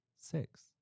Six